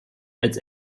als